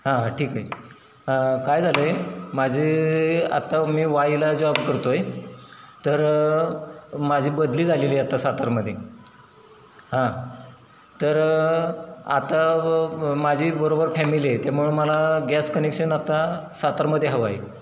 हां हां ठीक आहे काय झालं आहे माझे आत्ता मी वाईला जॉब करतो आहे तर माझी बदली झालेली आहे आता सातारमध्ये हां तर आता माझी बरोबर फॅमिली आहे त्यामुळं मला गॅस कनेक्शन आता सातारमध्ये हवं आहे